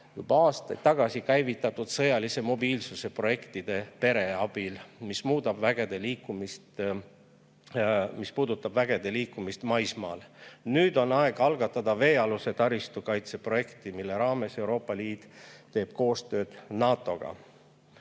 aastaid tagasi käivitatud sõjalise mobiilsuse projektide pere abil, mis puudutab vägede liikumist maismaal. Nüüd on aeg algatada veealuse taristu kaitse projekt, mille raames Euroopa Liit teeb koostööd NATO-ga. Venemaa